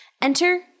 Enter